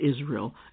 Israel